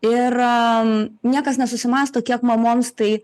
ir niekas nesusimąsto kiek mamoms tai